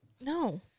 No